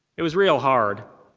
it was real hard.